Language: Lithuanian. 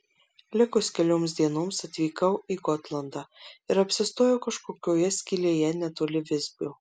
likus kelioms dienoms atvykau į gotlandą ir apsistojau kažkokioje skylėje netoli visbio